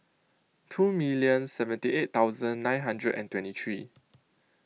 two minute seventy eight thousand nine hundred and twenty three